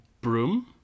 broom